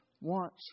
wants